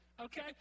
Okay